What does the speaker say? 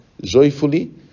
joyfully